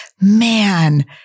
Man